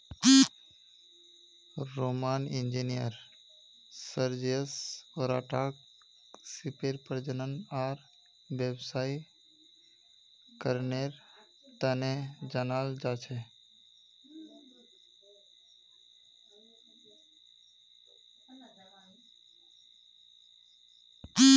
Roman engineer Sergius ओराटाक सीपेर प्रजनन आर व्यावसायीकरनेर तने जनाल जा छे